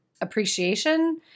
appreciation